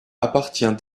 appartient